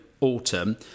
autumn